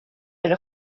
elle